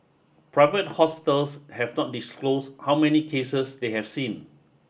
private hospitals have not disclosed how many cases they have seen